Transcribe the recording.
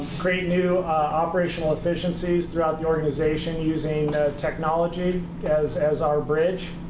create new operational efficiencies throughout the organization using technology as as our bridge.